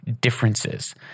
differences